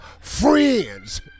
Friends